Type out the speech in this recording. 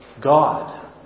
God